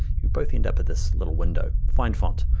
you both end up with this little window, find font.